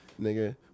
nigga